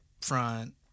front